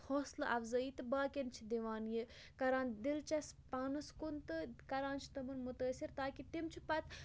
حوصلہٕ افزٲیی تہٕ باقٕیَن چھِ دِوان یہِ کَران دِلچَسپ پانَس کُن تہٕ کَران چھِ تِمَن متٲثر تاکہِ تِم چھِ پَتہٕ